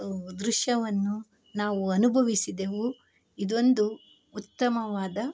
ದೃಶ್ಯವನ್ನು ನಾವು ಅನುಭವಿಸಿದೆವು ಇದೊಂದು ಉತ್ತಮವಾದ